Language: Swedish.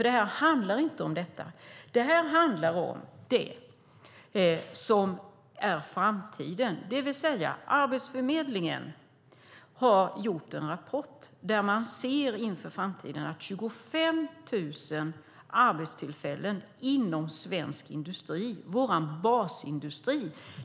Det handlar inte om det. Det här handlar om framtiden. Arbetsförmedlingen har arbetat fram en rapport där man inför framtiden ser en minskning med 25 000 arbetstillfällen inom svensk industri, vår basindustri.